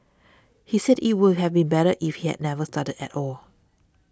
he said it would have been better if he had never started at all